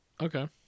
Okay